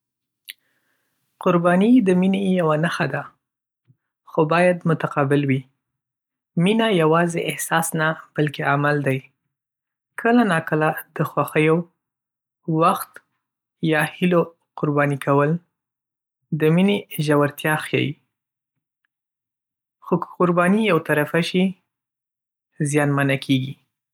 قرباني د مینې یوه نښه ده، خو باید متقابل وي. مینه یوازې احساس نه، بلکې عمل دی. کله ناکله د خوښیو، وخت یا هیلو قرباني کول د مینې ژورتیا ښيي. خو که قرباني یو طرفه شي، زیانمنه کېږي.